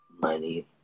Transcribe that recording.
money